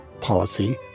policy